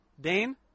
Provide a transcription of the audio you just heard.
Dane